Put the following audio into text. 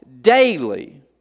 daily